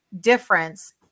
difference